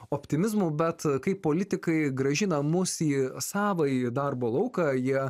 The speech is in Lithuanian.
optimizmu bet kai politikai grąžina mus į savąjį darbo lauką jie